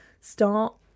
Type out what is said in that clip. Start